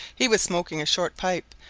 he was smoking a short pipe,